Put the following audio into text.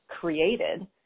created